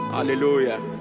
Hallelujah